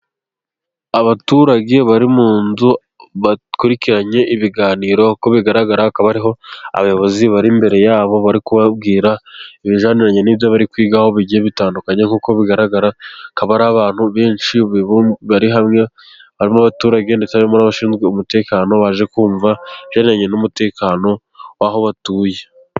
Abaturage bari mu nzu bakurikiranye ibiganiro, uko bigaragara hakaba hariho abayobozi bari imbere yabo, bari kubabwira ibijyaniranye n'ibyo bari kwigaho bigiye bitandukanye, nk'uko bigaragara akaba ari abantu benshi bari hamwe, harimo abaturage ndetse n'abashinzwe umutekano baje kumva ibijyaniranye n'umutekano w'aho batuye.